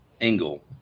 Engel